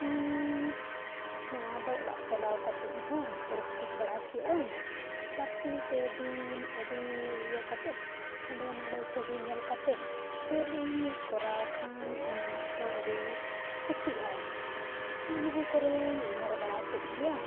ᱤᱧ ᱱᱚᱣᱟ ᱫᱚ ᱚᱲᱟᱜ ᱪᱟᱞᱟᱣ ᱠᱟᱛᱮᱫ ᱦᱚᱸ ᱯᱮᱥᱴᱤᱠ ᱵᱟᱲᱟ ᱠᱮᱜ ᱟᱹᱧ ᱵᱟᱨ ᱥᱤᱧ ᱯᱮ ᱫᱤᱱ ᱟᱹᱰᱤ ᱤᱭᱟᱹ ᱠᱟᱛᱮ ᱦᱟᱸᱰᱮ ᱱᱷᱟᱰᱮ ᱪᱷᱚᱵᱤ ᱧᱮᱞ ᱠᱟᱛᱮ ᱪᱮᱫ ᱤᱧ ᱠᱚᱨᱟᱣ ᱠᱷᱟᱱ ᱤᱧ ᱢᱟᱥᱴᱟᱨ ᱟᱹᱰᱤ ᱠᱩᱥᱤᱜᱼᱟ ᱢᱚᱱᱮ ᱠᱚᱨᱮᱧ ᱩᱭᱦᱟᱹᱨ ᱵᱟᱲᱟ ᱠᱮᱫ ᱜᱮᱭᱟ